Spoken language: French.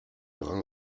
brun